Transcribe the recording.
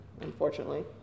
unfortunately